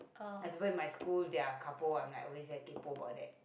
like people in my school they're couple I'm like always very kpo about that